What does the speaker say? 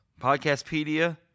Podcastpedia